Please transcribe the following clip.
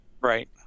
Right